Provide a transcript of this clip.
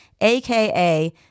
aka